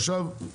עכשיו,